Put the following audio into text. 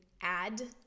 add